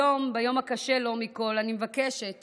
היום, ביום הקשה לו מכול, אני מבקשת